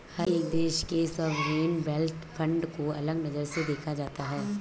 हर एक देश के सॉवरेन वेल्थ फंड को अलग नजर से देखा जाता है